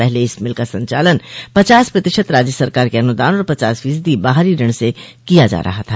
पहले इस मिल का संचालन पचास प्रतिशत राज्य सरकार के अनुदान और पचास फीसद बाहरी ऋण से किया जा रहा था